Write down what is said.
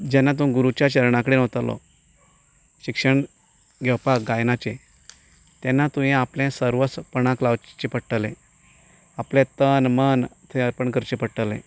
जेन्ना तूं गुरूच्या चरणा कडेन वतलो शिक्षण घेवपाक गायनाचें तेन्ना तुवें आपलें सर्वस्व पणाक लावचें पडटलें आपलें तन मन थंय अर्पण करचें पडटलें